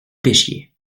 pêchiez